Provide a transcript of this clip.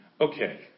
Okay